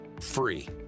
free